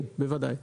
כן, בוודאי.